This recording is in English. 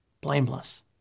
blameless